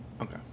Okay